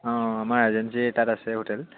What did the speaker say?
অঁ আমাৰ এজেঞ্চি তাত আছে হোটেল